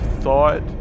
thought